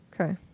Okay